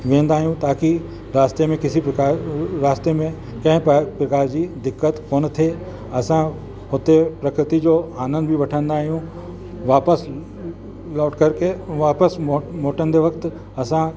वेंदा आहियूं ताकि रास्ते में किसी प्रकार रास्ते में कंहिं प्र प्रकार जी दिक़त कोन थिए असां हुते प्रकृति जो आनंद बि वठंदा आहियूं वापसि लौटकर के वापसि मो मोटंदे वक़्ति असां